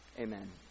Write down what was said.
Amen